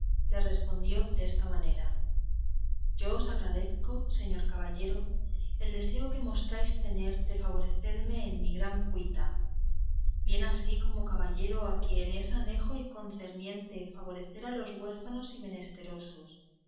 le respondió desta manera yo os agradezco señor caballero el deseo que mostráis tener de favorecerme en mi gran cuita bien así como caballero a quien es anejo y concerniente favorecer los huérfanos y menesterosos